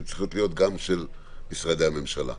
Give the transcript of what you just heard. הן צריכות להיות גם של משרדי הממשלה.